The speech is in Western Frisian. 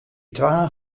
twa